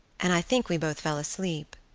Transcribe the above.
and i think we both fell asleep.